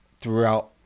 throughout